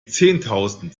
zehntausend